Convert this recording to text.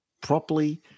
properly